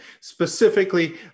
specifically